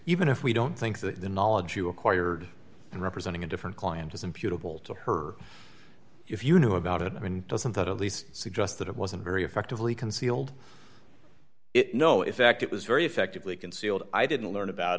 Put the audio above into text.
even if we don't think that the knowledge you acquired in representing a different client is a beautiful to her if you knew about it i mean doesn't that at least suggest that it wasn't very effectively concealed it no effect it was very effectively concealed i didn't learn about